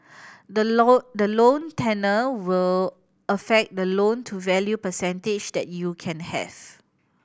the loan the loan tenure will affect the loan to value percentage that you can have